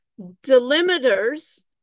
delimiters